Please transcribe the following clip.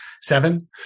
seven